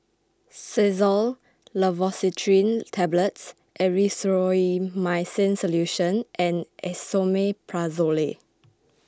Xyzal Levocetirizine Tablets Erythroymycin Solution and Esomeprazole